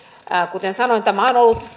kuten sanoin tämä on ollut